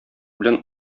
белән